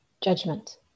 judgment